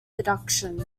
deduction